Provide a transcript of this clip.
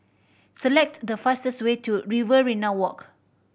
select the fastest way to Riverina Walk